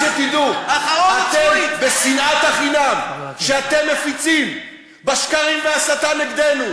אתם צריכים להבין פעם אחת איפה אתם עומדים.